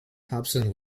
hobson